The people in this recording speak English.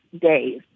days